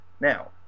Now